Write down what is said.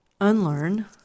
unlearn